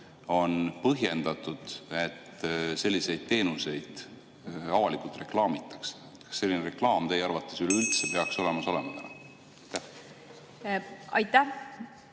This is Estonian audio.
on põhjendatud, et selliseid teenuseid avalikult reklaamitakse? Kas selline reklaam teie arvates üleüldse peaks olemas olema? Aitäh!